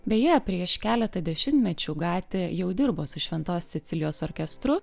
beje prieš keletą dešimtmečių gati jau dirbo su šventos cecilijos orkestru